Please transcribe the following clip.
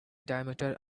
diameter